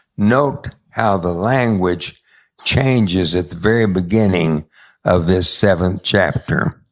note how the language changes at the very beginning of this seventh chapter